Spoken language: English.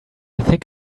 think